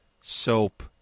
soap